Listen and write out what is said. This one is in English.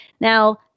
Now